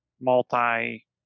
multi